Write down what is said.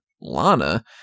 Lana